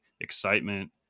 excitement